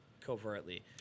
covertly